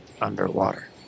underwater